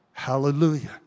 Hallelujah